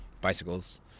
bicycles